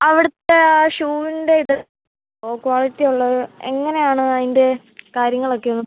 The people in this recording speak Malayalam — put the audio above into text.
അവിടുത്ത ഷൂവിൻ്റെ ഇത് ഓ ക്വാളിറ്റി ഉള്ളത് എങ്ങനെയാണ് അതിൻ്റെ കാര്യങ്ങളൊക്കെ